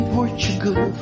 Portugal